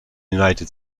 united